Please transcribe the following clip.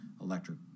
electric